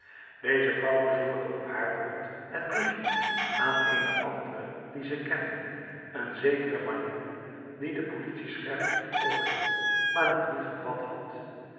deze vrouw bezorgde op haar beurt het briefje aan eene andere die ze kende een zekere magnon die de politie scherp in t oog hield maar nog niet gevat had